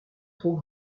trop